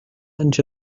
into